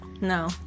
No